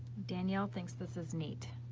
danielle thinks this is neat.